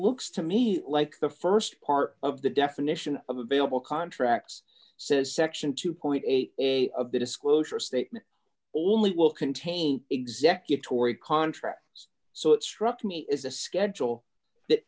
looks to me like the st part of the definition of available contracts says section two eight of the disclosure statement only will contain executive ory contracts so it struck me is a schedule that